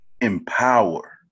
empower